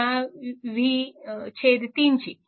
ह्या v 3 ची